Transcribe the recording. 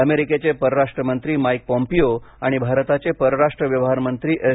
अमेरिकेचे परराष्ट्र मंत्री माईक पोम्पिओ आणि भारताचे परराष्ट्र व्यवहार मंत्री एस